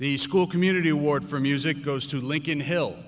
the school community award for music goes to lincoln hill